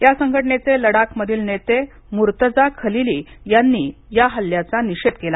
या संघटनेचे लडाखमधील नेते मुर्तजा खालीली यांनी या हल्ल्याचा निषेध केला